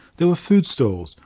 there were food stalls,